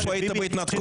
איפה היית בהתנתקות?